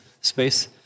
space